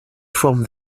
from